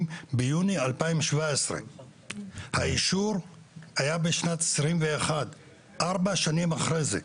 ביולי 2017. האישור היה בשנת 2021. ארבע שנים אחרי זה.